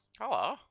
Hello